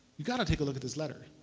you've got to take a look at this letter.